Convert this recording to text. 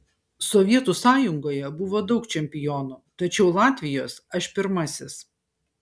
sovietų sąjungoje buvo daug čempionų tačiau latvijos aš pirmasis